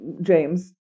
James